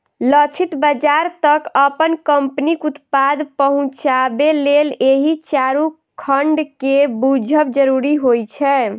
लक्षित बाजार तक अपन कंपनीक उत्पाद पहुंचाबे लेल एहि चारू खंड कें बूझब जरूरी होइ छै